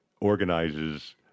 organizes